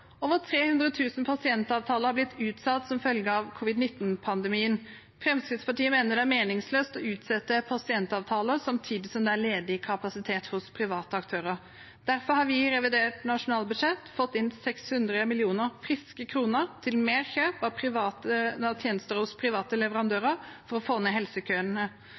Over 300 000 pasientavtaler har blitt utsatt som følge av covid-19-pandemien. Fremskrittspartiet mener det er meningsløst å utsette pasientavtaler samtidig som det er ledig kapasitet hos private aktører. Derfor har vi i revidert nasjonalbudsjett fått inn 600 millioner friske kroner til mer kjøp av tjenester hos private leverandører for å få ned helsekøene.